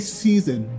season